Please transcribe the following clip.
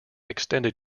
extended